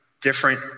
different